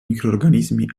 microrganismi